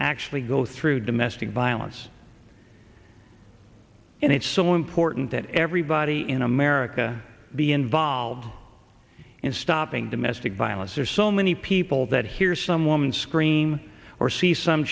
actually go through domestic violence and it's so important that everybody in america be involved in stopping domestic violence are so many people that hear some woman scream or see some